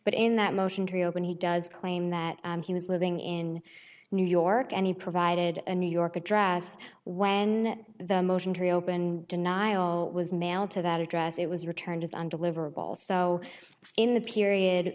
but in that motion to reopen he does claim that he was living in new york and he provided a new york address when the motion to reopen denial was mailed to that address it was returned as undeliverable so in the period